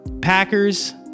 Packers